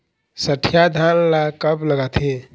सठिया धान ला कब लगाथें?